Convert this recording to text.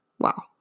wow